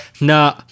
No